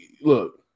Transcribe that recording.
Look